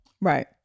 Right